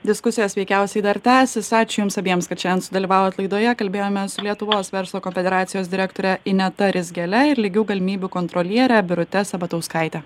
diskusijos veikiausiai dar tęsis ačiū jums abiems kad šiandien sudalyvavot laidoje kalbėjomės su lietuvos verslo konfederacijos direktorė ineta rizgele ir lygių galimybių kontroliere birute sabatauskaite